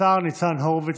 השר ניצן הורוביץ',